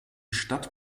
stadt